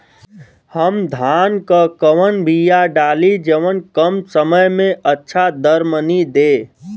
हम धान क कवन बिया डाली जवन कम समय में अच्छा दरमनी दे?